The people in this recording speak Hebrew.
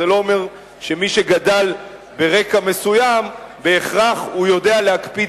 אז זה לא אומר שמי שגדל ברקע מסוים בהכרח יודע להקפיד